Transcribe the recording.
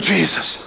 Jesus